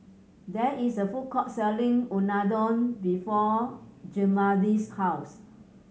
there is a food court selling Unadon before Zigmund's house